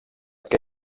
què